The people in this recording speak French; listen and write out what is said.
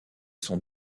sont